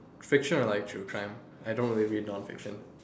fiction I like true crime I don't really read non fiction